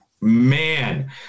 Man